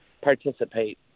participate